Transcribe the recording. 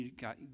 God